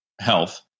health